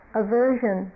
aversion